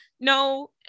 No